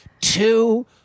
two